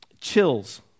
chills